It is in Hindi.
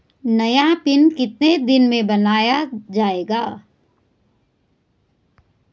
नया पिन कितने दिन में बन जायेगा?